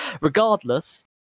regardless